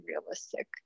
realistic